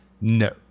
No